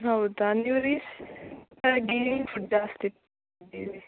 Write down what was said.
ಹೌದಾ ನೀವು ರೀಸೆಂಟ್ ಆಗಿ ಏನು ಫುಡ್ ಜಾಸ್ತಿ ತಿಂದಿರಿ